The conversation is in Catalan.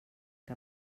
què